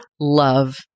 love